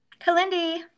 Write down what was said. Kalindi